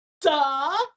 duh